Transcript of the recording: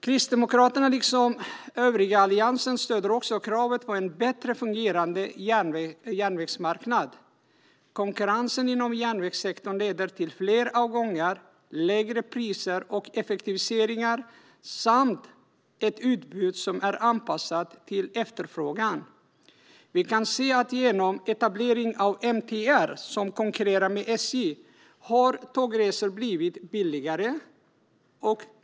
Kristdemokraterna, liksom övriga allianspartier, stöder också kravet på en bättre fungerande järnvägsmarknad. Konkurrensen inom järnvägssektorn leder till fler avgångar, lägre priser, effektiviseringar och till ett utbud som är anpassat till efterfrågan. Vi kan se att genom etablering av MTR, som konkurrerar med SJ, har tågresor blivit billigare.